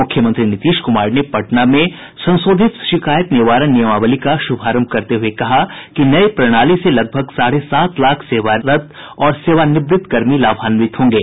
मूख्यमंत्री नीतीश कुमार ने पटना में संशोधित शिकायत निवारण नियमावली का शुभारंभ करते हुये कहा कि नई प्रणाली से लगभग साढ़े सात लाख सेवारत और सेवानिवृत्त कर्मी लाभान्वित होंगे